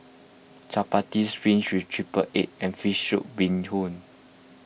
Chappati with Triple Egg and Fish Soup Bee Hoon